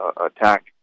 attack